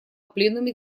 пленуме